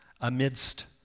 amidst